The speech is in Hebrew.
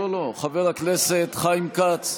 הכנסת חיים כץ,